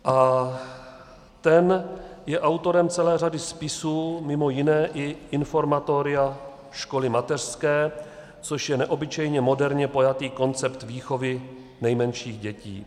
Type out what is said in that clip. A ten je autorem celé řady spisů, mimo jiné i Informatoria školy mateřské, což je neobyčejně moderně pojatý koncept výchovy nejmenších dětí.